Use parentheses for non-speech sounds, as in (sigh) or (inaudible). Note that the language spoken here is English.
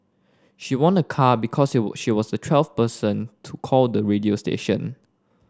she won a car because (unintelligible) she was the twelfth person to call the radio station